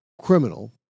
criminal